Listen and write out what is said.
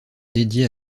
dédiée